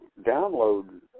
download